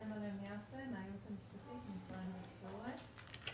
הייעוץ המשפטי של משרד התקשורת.